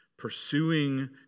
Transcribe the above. pursuing